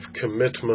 commitment